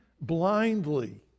blindly